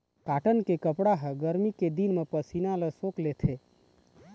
cotton के कपड़ा ह गरमी के दिन म पसीना ल सोख लेथे